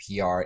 PR